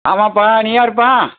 ஆமாப்பா நீ யாருப்பா